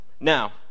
Now